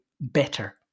better